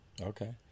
Okay